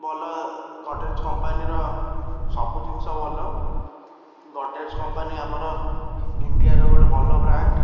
ଭଲ ଗଡ଼ରେଜ କମ୍ପାନୀର ସବୁ ଜିନିଷ ଭଲ ଗଡ଼ରେଜ କମ୍ପାନୀ ଆମର ଇଣ୍ଡିଆର ଗୋଟେ ଭଲ ବ୍ରାଣ୍ଡ୍